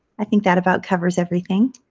i think that about covers everything.